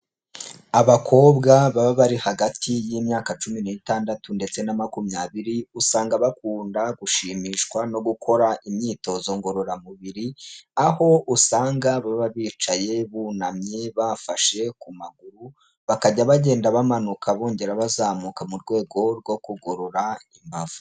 Abakobwa baba bari hagati y'imyaka cumi n'itandatu ndetse na makumyabiri usanga bakunda gushimishwa no gukora imyitozo ngororamubiri, aho usanga baba bicaye bunamye bafashe ku maguru, bakajya bagenda bamanuka bongera bazamuka mu rwego rwo kugorora imbavu.